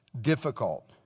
difficult